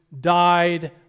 died